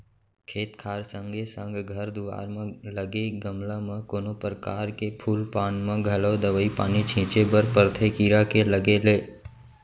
खेत खार संगे संग घर दुवार म लगे गमला म कोनो परकार के फूल पान म घलौ दवई पानी छींचे बर परथे कीरा के लगे ले